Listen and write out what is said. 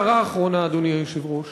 אדוני היושב-ראש,